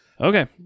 Okay